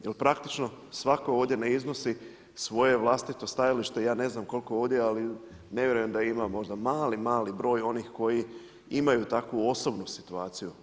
Jer praktično, svatko ovdje ne iznosi svoje vlastito stajalište, ja ne znam koliko ovdje, ali ne vjerujem da imamo možda mali, mali broj onih koji imaju takvu osobnu situaciju.